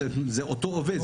זה אותו עובד,